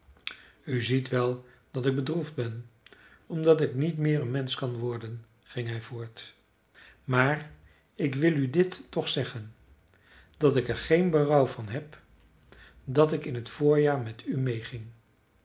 u ziet wel dat ik bedroefd ben omdat ik niet meer een mensch kan worden ging hij voort maar ik wil u dit toch zeggen dat ik er geen berouw van heb dat ik in t voorjaar met u meêging